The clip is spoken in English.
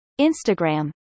Instagram